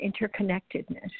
interconnectedness